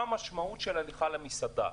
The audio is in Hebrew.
מה המשמעות של הליכה למסעדה,